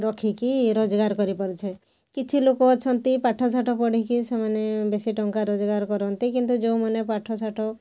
ରଖିକି ରୋଜଗାର କରିପାରୁଛେ କିଛି ଲୋକ ଅଛନ୍ତି ପାଠଶାଠ ପଢ଼ିକି ସେମାନେ ବେଶୀ ଟଙ୍କା ରୋଜଗାର କରନ୍ତି କିନ୍ତୁ ଯେଉଁମାନେ ପାଠଶାଠ